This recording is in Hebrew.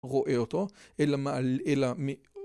רואה אותו, אלא מעל... אלא מ...